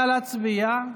נא להצביע.